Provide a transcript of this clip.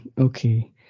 okay